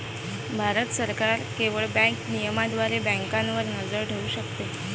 भारत सरकार केवळ बँक नियमनाद्वारे बँकांवर नजर ठेवू शकते